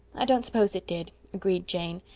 i don't suppose it did, agreed jane.